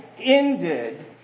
ended